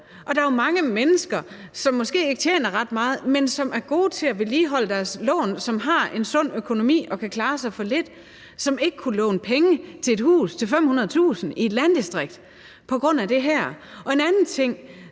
Der er jo mange mennesker, som måske ikke tjener ret meget, men som er gode til at vedligeholde deres lån, og som har en sund økonomi og kan klare sig for lidt, som ikke kunne låne penge til et hus til 500.000 kr. i et landdistrikt på grund af det her. En anden ting,